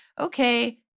Okay